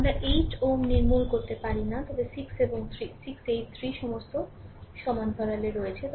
সুতরাং আমরা 8 Ω নির্মূল করতে পারি না তবে 6 এবং 3 6 8 3 সমস্ত সমান্তরাল আছে